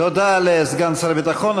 תודה לסגן שר הביטחון.